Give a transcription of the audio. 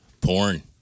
Porn